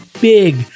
big